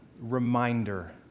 reminder